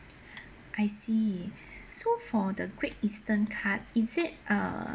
I see so for the Great Eastern card is it uh